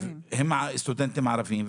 לארץ הם סטודנטים ערבים,